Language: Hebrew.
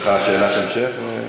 יש לך שאלת המשך, ?